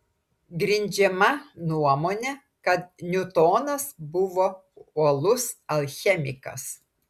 grindžiama nuomone kad niutonas buvo uolus alchemikas